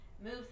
move